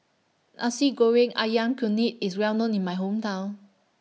Nasi Goreng Ayam Kunyit IS Well known in My Hometown